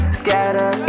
scatter